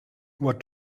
what